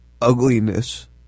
ugliness